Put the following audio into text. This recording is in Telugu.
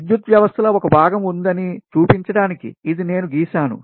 విద్యుత్ వ్యవస్థలో ఒక భాగం ఉందని చూపించడానికి ఇది నేను గీసాను